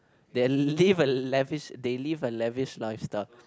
they live a lavish they live a lavish lifestyle